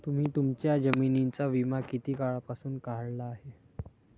तुम्ही तुमच्या जमिनींचा विमा किती काळापासून काढला आहे?